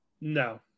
No